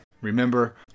Remember